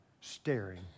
staring